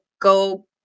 go